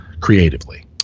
creatively